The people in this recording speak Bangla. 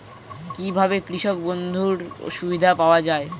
কি ভাবে কৃষক বন্ধুর সুবিধা পাওয়া য়ায়?